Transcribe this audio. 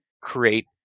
create